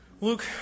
Luke